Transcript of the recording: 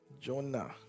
Jonah